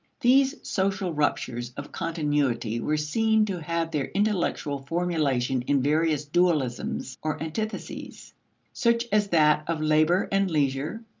these social ruptures of continuity were seen to have their intellectual formulation in various dualisms or antitheses such as that of labor and leisure,